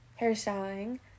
hairstyling